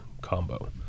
combo